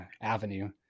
avenue